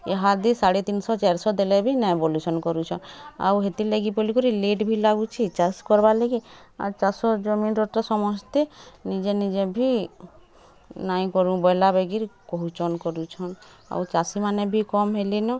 ଇହାଦେ ସାଢ଼େ ତିନଶହ ଚାର୍ ଶହ ଦେଲେ ବି ନାଏଁ ବୋଲୁଛନ୍ କରୁଛନ୍ ଆଉ ହେତିର୍ଲାଗି ବଲିକରି ଲେଟ୍ ବି ଲାଗୁଛେ ଚାଷ୍ କରବା ଲାଗି ଆର୍ ଚାଷର୍ ଜମିରଟା ସମସ୍ତେ ନିଜେ ନିଜେ ଭି ନାଇଁ କରୁଁ ବଏଲା ବାଗିର୍ କହୁଛନ୍ କରୁଛନ୍ ଆଉ ଚାଷୀମାନେ ବି କମ୍ ହେଲେନ